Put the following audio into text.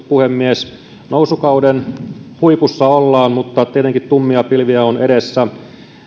puhemies nousukauden huipussa ollaan mutta tietenkin tummia pilviä on edessä